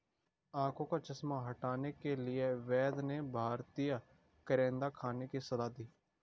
आंखों का चश्मा हटाने के लिए वैद्य ने भारतीय करौंदा खाने की सलाह दी